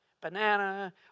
Banana